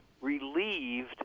relieved